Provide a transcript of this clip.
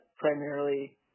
primarily